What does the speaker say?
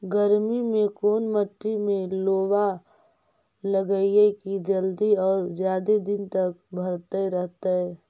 गर्मी में कोन मट्टी में लोबा लगियै कि जल्दी और जादे दिन तक भरतै रहतै?